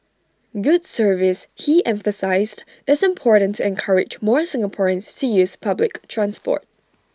good service he emphasised is important to encourage more Singaporeans to use public transport